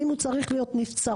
האם הוא צריך להיות נבצרות,